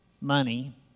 money